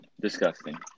Disgusting